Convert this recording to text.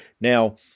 Now